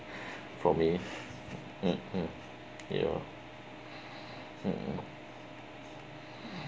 for me mmhmm ya lor mmhmm